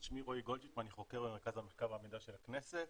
שמי רועי גולדשמידט ואני חוקר במרכז המחקר והמידע של הכנסת.